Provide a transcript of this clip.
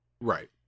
Right